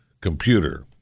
computer